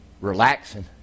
Relaxing